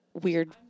weird